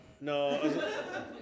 No